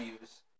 use